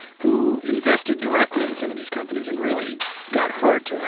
who invested directly in some of these companies and really got hurt